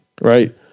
right